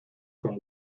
con